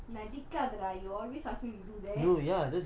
நடிக்காத டா:nadikaatha da you always ask me to do then